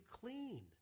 clean